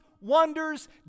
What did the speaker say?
wonders